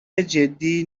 جدی